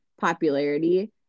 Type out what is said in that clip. popularity